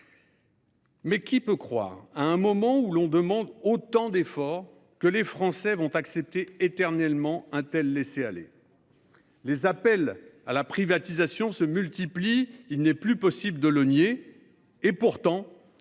qui peut croire, à un moment où on leur demande autant d'efforts, que les Français vont accepter éternellement un tel laisser-aller ? Les appels à la privatisation se multiplient, il n'est plus possible de le nier. Pourtant,